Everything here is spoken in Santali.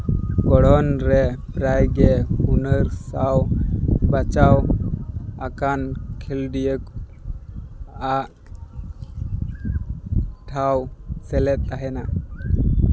ᱜᱚᱲᱦᱚᱱ ᱨᱮ ᱯᱨᱟᱭ ᱜᱮ ᱦᱩᱱᱟᱹᱨ ᱥᱟᱶ ᱵᱟᱸᱪᱷᱟᱣ ᱟᱠᱟᱱ ᱠᱷᱮᱞᱳᱰᱤᱭᱟᱹ ᱟᱜ ᱴᱷᱟᱶ ᱥᱮᱞᱮᱫ ᱛᱟᱦᱮᱱᱟ